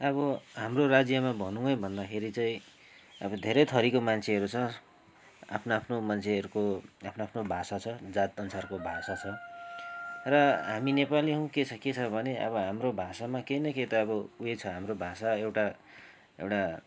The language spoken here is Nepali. अब हाम्रो राज्यमा भनौँ है भन्दाखेरि चाहिँ अब धेरै थरीको मान्छेहरू छ आफ्नो आफ्नो मान्छेहरूको आफ्नो आफ्नो भाषा छ जातअनुसारको भाषा र हामी नेपाली हौँ के छ के छ भने अब हाम्रो भाषामा केही न केही त अब उयो छ हाम्रो भाषा एउटा एउटा